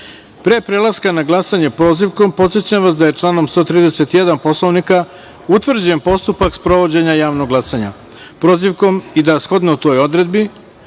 prelaska na glasanje prozivkom, podsećam vas da je članom 131. Poslovnika utvrđen postupak sprovođenja javnog glasanja prozivkom i da shodno toj odredbi